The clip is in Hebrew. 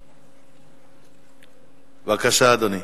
בבקשה, אדוני.